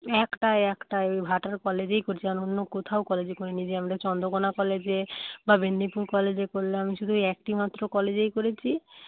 একটাই একটাই ওই ভাটার কলেজেই করেছি আর অন্য কোথাও কলেজে করিনি রে আমাদের চন্দ্রকোনা কলেজে বা মেদিনীপুর কলেজে করলাম শুধু একটিমাত্র কলেজেই করেছি